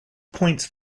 points